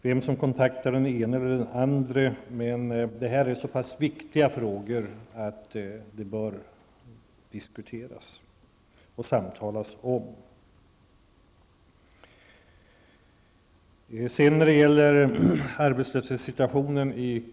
Vem som kontaktar den ene eller andre är en sak för sig, men dessa frågor är så viktiga att de verkligen bör diskuteras.